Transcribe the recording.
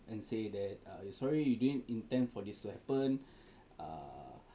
and say that uh you sorry you didn't intend for this to happen err